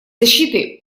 защиты